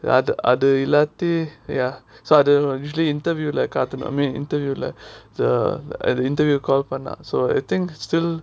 அது அது இல்லாட்டி:athu athu illaatti ya so அது:athu usually interview like I mean interview the interview call பண்ணா:pannaa so I think still